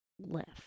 Left